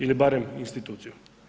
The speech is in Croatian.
Ili barem instituciju.